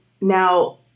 Now